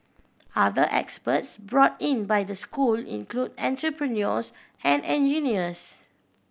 other experts brought in by the school include entrepreneurs and engineers